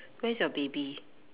where is your baby